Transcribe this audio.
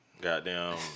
Goddamn